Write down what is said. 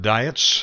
Diets